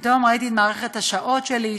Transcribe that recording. פתאום ראיתי את מערכת השעות שלי,